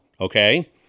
okay